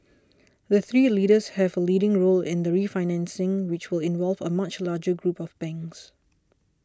the three leaders have a leading role in the refinancing which will involve a much larger group of banks